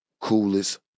coolest